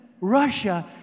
Russia